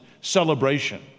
celebration